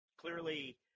Clearly